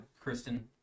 Kristen